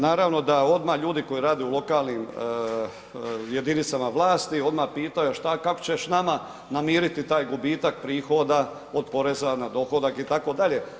Naravno da odmah ljudi koji rade u lokalnim jedinicama vlasti odmah pitaju a što, kako ćeš nama namiriti taj gubitak prihoda od poreza na dohodak, itd.